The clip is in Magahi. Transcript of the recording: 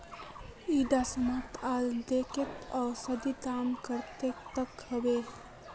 इडा सप्ताह अदरकेर औसतन दाम कतेक तक होबे?